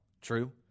true